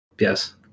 Yes